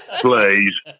Please